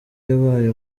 yabaye